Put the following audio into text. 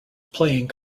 playing